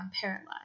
paralyzed